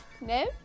No